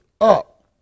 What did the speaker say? up